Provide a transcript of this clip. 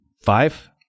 five